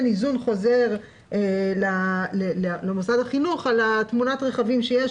היזון חוזר למוסד החינוך על תמונת הרכבים שיש